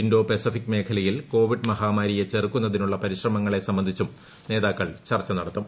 Indo Pacific മേഖലയിൽ Covid മഹാമാരിയെ ചെറുക്കുന്നതിനുള്ള പരിശ്രമങ്ങളെ സംബന്ധിച്ചും നേതാക്കൾ ചർച്ച നടത്തും